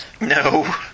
No